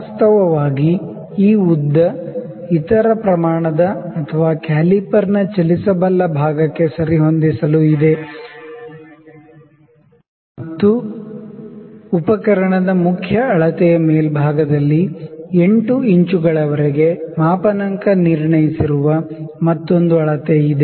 ವಾಸ್ತವವಾಗಿ ಈ ಉದ್ದ ಇತರ ಪ್ರಮಾಣದ ಅಥವಾ ಕ್ಯಾಲಿಪರ್ನ ಚಲಿಸಬಲ್ಲ ಭಾಗಕ್ಕೆ ಸರಿಹೊಂದಿಸಲು ಇದೆ ಮತ್ತು ಉಪಕರಣದ ಮುಖ್ಯ ಅಳತೆಯ ಮೇಲ್ಭಾಗದಲ್ಲಿ 8 ಇಂಚುಗಳವರೆಗೆ ಮಾಪನಾಂಕ ನಿರ್ಣಯಿಸಿರುವ ಮತ್ತೊಂದು ಅಳತೆ ಇದೆ